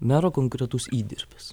mero konkretus įdirbis